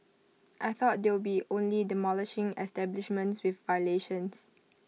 I thought they'll be only demolishing establishments with violations